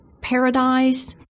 paradise